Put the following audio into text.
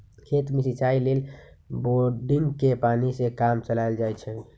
खेत में सिचाई लेल बोड़िंगके पानी से काम चलायल जाइ छइ